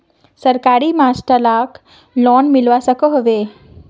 सरकारी master lakh loan मिलवा सकोहो होबे?